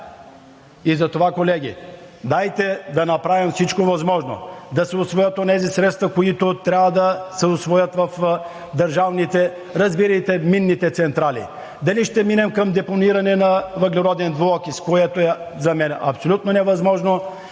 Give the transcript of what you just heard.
Затова, колеги, дайте да направим всичко възможно да се усвоят онези средства, които трябва да се усвоят в държавните, разбирайте минните централи. Дали ще минем към депониране на въглероден двуокис, което за мен е абсолютно невъзможно,